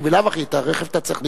כי בלאו הכי את הרכב אתה צריך לקנות.